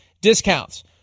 discounts